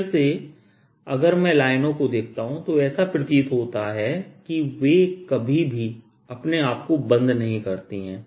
फिर से अगर मैं लाइनों को देखता हूं तो ऐसा प्रतीत होता है कि वे कभी भी अपने आप को बंद नहीं करती हैं